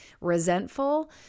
resentful